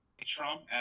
Trump